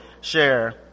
share